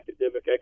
academic